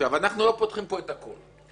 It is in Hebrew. אנחנו לא פותחים פה את הכל.